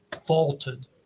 faulted